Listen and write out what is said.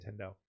Nintendo